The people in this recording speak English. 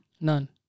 None